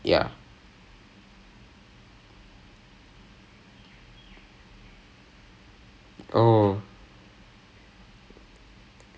band wing came up suddenly all my the main commerce oh maria maria !wah! maria is amazing !wah! then I was I was like damn I was like you see right